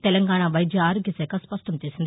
తెలంగాణ వైద్య ఆరోగ్యశాఖ స్పష్టం చేసింది